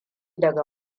daga